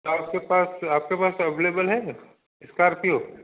आपके पास आपके पास अवलेबल है स्कॉर्पियो